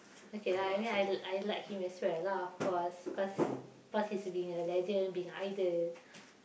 okay lah I mean I I like him as well lah of course cause cause he's been a legend been idol